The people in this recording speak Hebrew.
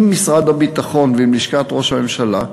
עם משרד הביטחון ועם לשכת ראש הממשלה.